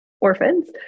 orphans